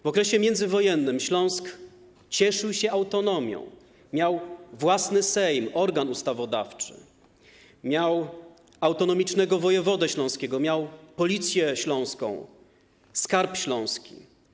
W okresie międzywojennym Śląsk cieszył się autonomią, miał własny Sejm, organ ustawodawczy, miał autonomicznego wojewodę śląskiego, miał policję śląską, skarb śląski.